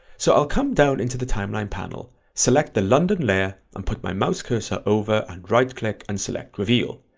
so i'll come down into the timeline panel select the london layer and put my mouse cursor over and right click and select reveal,